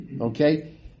Okay